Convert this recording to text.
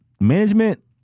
management